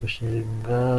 gushinga